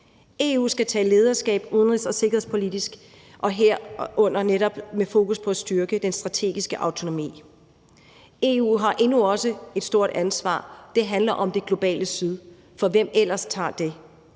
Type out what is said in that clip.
EU skal tage lederskab udenrigs- og sikkerhedspolitisk og herunder netop have fokus på at styrke den strategiske autonomi. EU har også endnu et stort ansvar. Det handler om det globale syd. For hvem ellers tager det?